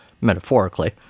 metaphorically